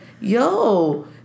yo